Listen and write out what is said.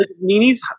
Nini's